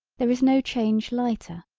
there is no change lighter.